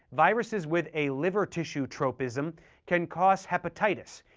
viruses with a liver tissue tropism can cause hepatitis,